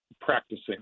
practicing